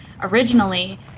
originally